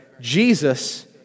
Jesus